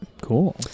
Cool